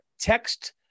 text